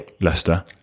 Leicester